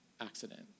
accident